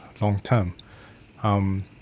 long-term